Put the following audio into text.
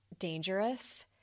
dangerous